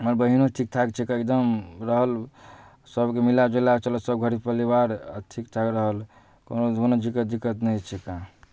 हमर बहिनो ठीकठाक छै कऽ एकदम रहल सबके मिला जुलाए कऽ चलल सब घर परिवार ठीकठाक रहल कोनो चीजके दिक्कत नहि होइत छै ओकरा